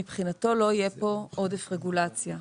מבחינתו לא יהיה כאן עודף רגולציה.